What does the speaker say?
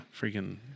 freaking